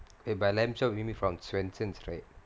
eh by lamb chop you with mean from swensens right